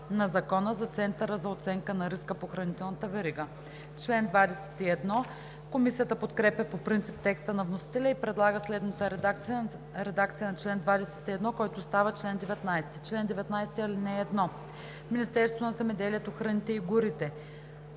на Закона за Центъра за оценка на риска по хранителната верига“. Комисията подкрепя по принцип текста на вносителя и предлага следната редакция на чл. 21, който става чл. 19: „Чл. 19. (1) Министерството на земеделието, храните и горите: